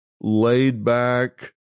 laid-back